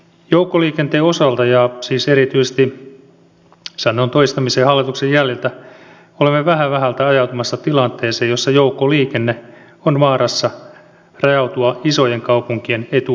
joukkoliikenteen osalta ja siis erityisesti sanon toistamiseen edellisen hallituksen jäljiltä olemme vähä vähältä ajautumassa tilanteeseen jossa joukkoliikenne on vaarassa rajautua isojen kaupunkien etuoikeudeksi